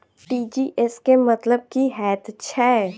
TGS केँ मतलब की हएत छै?